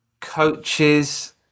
coaches